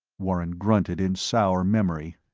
warren grunted in sour memory.